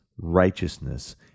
righteousness